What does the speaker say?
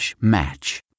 match